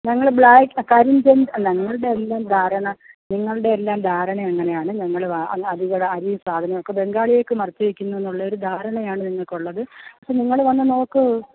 ഞങ്ങൾ ബ്ലാക്ക് കരിഞ്ചന്ത നിങ്ങളുടെ എല്ലാം ധാരണ നിങ്ങളുടെ എല്ലാം ധാരണ അങ്ങനെയാണ് ഞങ്ങൾ അധിക അരിയും സാധനവും ഒക്കെ ബംഗാളികൾക്ക് മറിച്ചു വിൽക്കുന്നു എന്നുള്ള ഒരു ധാരണയാണ് നിങ്ങൾക്കുള്ളത് അപ്പം നിങ്ങൾ വന്ന് നോക്ക്